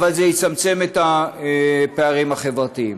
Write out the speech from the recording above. אבל זה יצמצם את הפערים החברתיים.